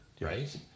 right